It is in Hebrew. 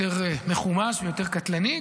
יותר מחומש ויותר קטלני,